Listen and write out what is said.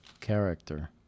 character